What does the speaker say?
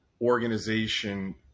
organization